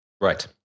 Right